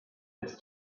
his